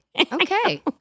Okay